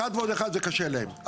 אחת ועוד אחת זה קשה להם.